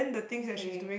okay